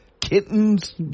kittens